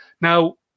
Now